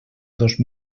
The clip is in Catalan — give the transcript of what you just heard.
dos